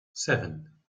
seven